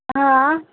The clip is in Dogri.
हां